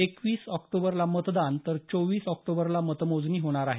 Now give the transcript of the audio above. एकवीस ऑक्टोबरला मतदान तर चोवीस ऑक्टोबरला मतमोजणी होणार आहे